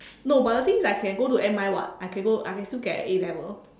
no but the thing is I can go to M_I [what] I can go I can still get an A-level